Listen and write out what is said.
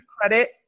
credit